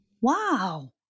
Wow